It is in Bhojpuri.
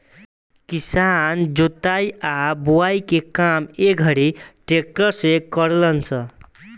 किसान जोताई आ बोआई के काम ए घड़ी ट्रक्टर से करेलन स